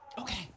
Okay